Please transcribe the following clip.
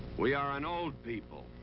we are an old people,